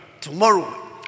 Tomorrow